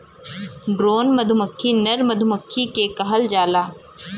drone मधुमक्खी नर मधुमक्खी के कहल जाला